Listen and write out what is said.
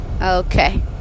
Okay